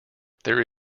there